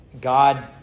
God